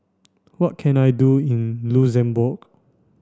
what can I do in Luxembourg